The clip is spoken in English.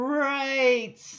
right